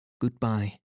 Goodbye